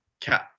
Cat